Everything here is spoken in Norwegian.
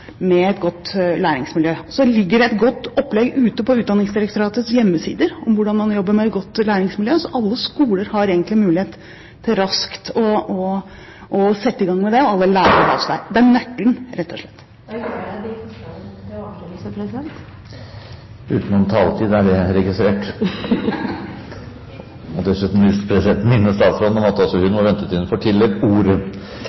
et godt opplegg på Utdanningsdirektoratets hjemmesider om hvordan man skal jobbe med et godt læringsmiljø, så alle skoler har egentlig en mulighet til raskt å sette i gang med dette, og alle lærere kan også gå inn og se der. Det er nøkkelen rett og slett. Da gjør jeg de to forslagene om til oversendelsesforslag. Utenom taletid er det registrert. Presidenten vil minne statsråden om at også hun